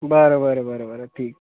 बरं बरं बरं बरं ठीक